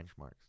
benchmarks